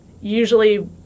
usually